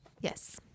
Yes